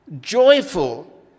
joyful